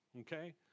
Okay